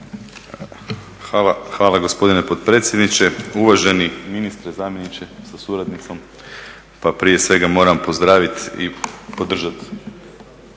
Hvala gospodine potpredsjedniče. Uvaženi ministre, zamjeniče sa suradnicom. Pa prije svega moram pozdraviti i podržati